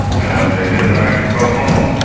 and they didn't like to go home.